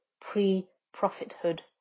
pre-prophethood